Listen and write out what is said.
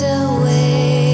away